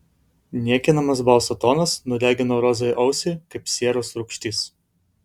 niekinamas balso tonas nudegino rozai ausį kaip sieros rūgštis